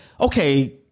okay